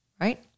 right